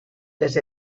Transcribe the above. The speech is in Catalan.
les